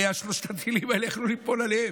הרי שלושת הטילים האלה יכלו ליפול עליהם,